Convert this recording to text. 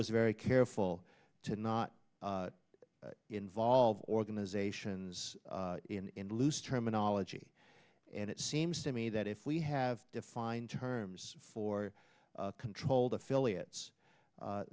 was very careful to not involve organizations in loose terminology and it seems to me that if we have defined terms for controlled affiliates